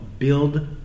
Build